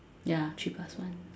ya cheapest one